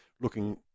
looking